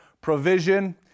provision